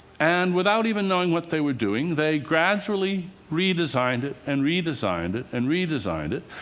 and, without even knowing what they were doing, they gradually redesigned it and redesigned it and redesigned it.